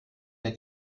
der